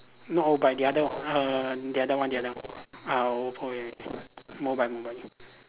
not oBike the other one err the other one the other one uh oh ya Mobike Mobike